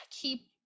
keep